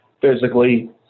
physically